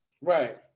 Right